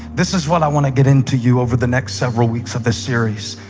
this is what i want to get into you over the next several weeks of this series.